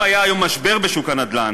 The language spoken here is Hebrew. אם היה היום משבר בשוק הנדל"ן,